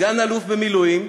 סגן אלוף במילואים,